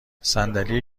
صندلی